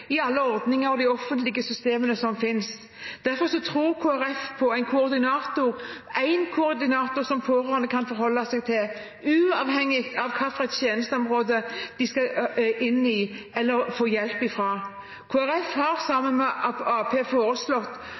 i de offentlige systemene som finnes. Derfor tror Kristelig Folkeparti på én koordinator som pårørende kan forholde seg til, uavhengig av hvilket tjenesteområde de skal inn i eller få hjelp fra. Kristelig Folkeparti foreslår sammen med